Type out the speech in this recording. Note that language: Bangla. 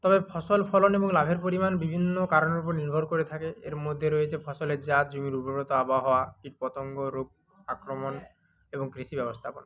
তবে ফসল ফলন এবং লাভের পরিমাণ বিভিন্ন কারণের উপর নির্ভর করে থাকে এর মধ্যে রয়েছে ফসলের জাত জমির উর্বরতা আবহাওয়া কীট পতঙ্গর রোগ আক্রমণ এবং কৃষি ব্যবস্তাপনা